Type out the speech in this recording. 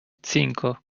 cinco